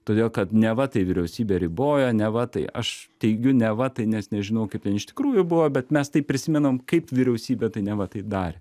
todėl kad neva tai vyriausybė riboja neva tai aš teigiu neva tai nes nežinau kaip ten iš tikrųjų buvo bet mes tai prisimenam kaip vyriausybė tai neva tai darė